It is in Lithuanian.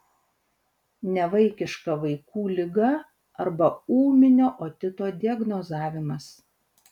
nevaikiška vaikų liga arba ūminio otito diagnozavimas